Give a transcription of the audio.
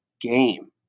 game